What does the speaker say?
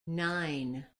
nine